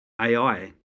AI